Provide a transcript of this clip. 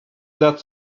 that